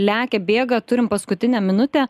lekia bėga turim paskutinę minutę